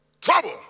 Trouble